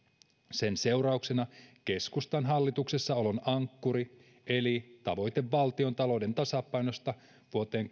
sen seurauksena keskustan hallituksessa olon ankkuri eli tavoite valtiontalouden tasapainosta vuoteen